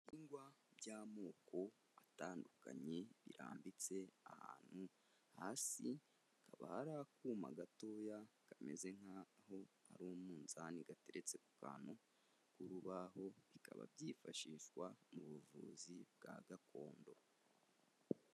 Ibihingwa by'amoko atandukanye birambitse ahantu hasi haba hari akuma gatoya kameze nk'aho ari umunzani gateretse ku kantu k'urubaho bikaba byifashishwa mu buvuzi bwa gakondo.